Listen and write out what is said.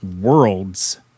world's